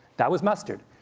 that was mustard.